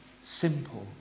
simple